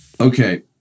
okay